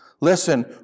Listen